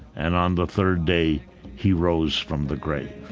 and on the third day he rose from the grave.